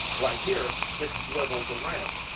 right here that swivels around.